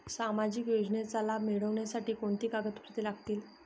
सामाजिक योजनेचा लाभ मिळण्यासाठी कोणती कागदपत्रे लागतील?